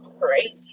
crazy